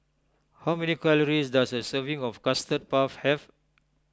how many calories does a serving of Custard Puff have